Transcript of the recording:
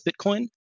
Bitcoin